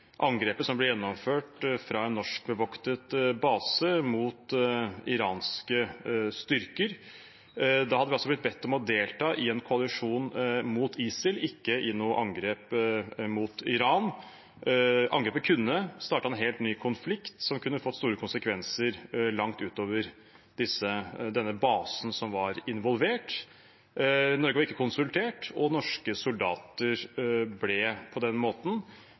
angrepet som ble gjennomført fra en norskbevoktet base mot iranske styrker. Da hadde vi altså blitt bedt om å delta i en koalisjon mot ISIL, ikke i noe angrep mot Iran. Angrepet kunne startet en helt ny konflikt, som kunne fått store konsekvenser langt utover den basen som var involvert. Norge var ikke konsultert, og norske soldater ble på den måten